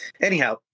anyhow